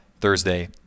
Thursday